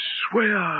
swear